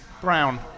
brown